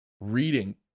reading